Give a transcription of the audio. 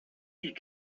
die